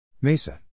MESA